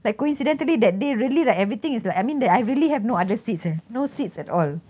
like coincidentally that day really like everything is like I mean that I really have no other seats eh no seats at all